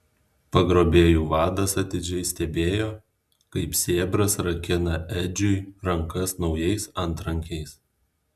pagrobėjų vadas atidžiai stebėjo kaip sėbras rakina edžiui rankas naujais antrankiais